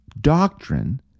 doctrine